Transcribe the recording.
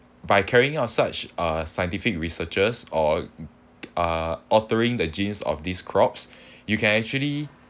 by carrying out such uh scientific researches or uh altering the genes of these crops you can actually